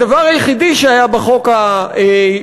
הדבר היחידי שהיה בחוק הקיים,